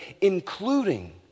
including